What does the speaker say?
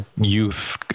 youth